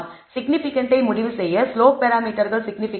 சிக்னிபிகன்ட்டை முடிவு செய்ய ஸ்லோப் பராமீட்டர்கள் சிக்னிபிகன்ட்டா